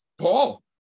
Paul